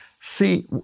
See